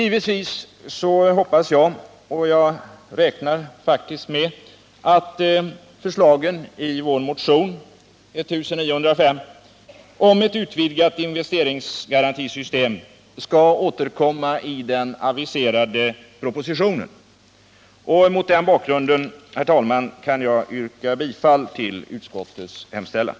Givetvis hoppas jag — och räknar faktiskt med — att förslagen i vår motion nr 1905 om ett utvidgat investeringsgarantisystem skall återkomma i den aviserade propositionen. Mot den bakgrunden kan jag yrka bifall till utskottets hemställan.